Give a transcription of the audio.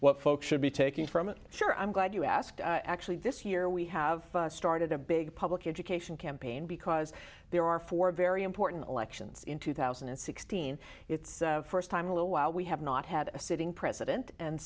what for should be taking from i'm sure i'm glad you asked actually this year we have started a big public education campaign because there are four very important elections in two thousand and sixteen it's first time a little while we have not had a sitting president and